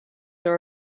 are